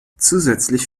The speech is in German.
zusätzlich